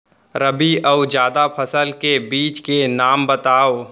रबि अऊ जादा फसल के बीज के नाम बताव?